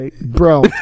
Bro